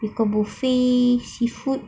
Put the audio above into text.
they got buffet seafood